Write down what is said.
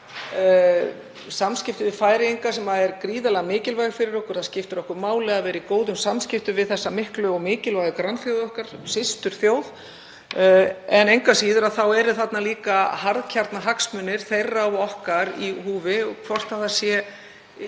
samskipti við Færeyinga, sem eru gríðarlega mikilvæg fyrir okkur — það skiptir okkur máli að vera í góðum samskiptum við þessa miklu og mikilvægu grannþjóð okkar, systurþjóð, en engu að síður eru þarna líka harðkjarnahagsmunir þeirra og okkar í húfi. Megum við